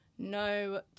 no